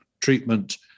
treatment